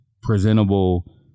presentable